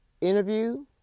interview